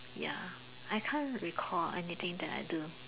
ya I can't recall anything that I do